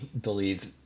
believe